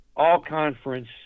all-conference